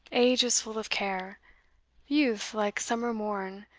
age is full of care youth like summer morn,